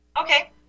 Okay